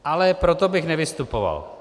Ale proto bych nevystupoval.